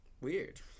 Weird